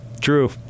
True